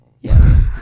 yes